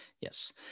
Yes